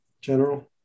General